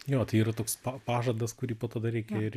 jo tai yra toks pa pažadas kurį po to dar reikia ir